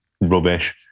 rubbish